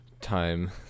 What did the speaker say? time